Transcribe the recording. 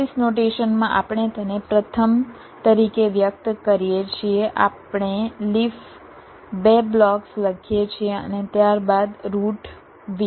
polish notation માં આપણે તેને પ્રથમ તરીકે વ્યક્ત કરીએ છીએ આપણે લીફ 2 બ્લોક્સ લખીએ છીએ અને ત્યારબાદ રુટ V